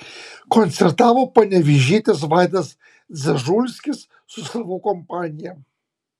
koncertavo panevėžietis vaidas dzežulskis su savo kompanija